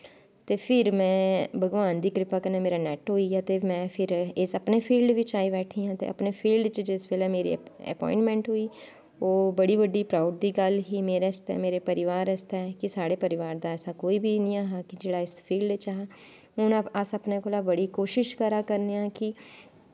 ते फिर मैं भगवान दी कृपा कन्नै मेरा नैट होइया ते फिर में इस अपनी फील्ड बिच्च आई बैठीं आं ते अपने फील्ड च जिस बेलै अपोईंटमैंट होई ओह् बड़ी बड्डी प्राऊड दी गल्ल ही मेरै आस्तै ते मेरे परिवार आस्तै कि साढ़े परिवार दा ऐसा कोई बी नी ऐहा कि जेह्ड़ा इस फील्ड च हा हून अस अपने कोला बड़ी कोशिश करा करने आं कि